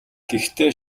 гэхдээ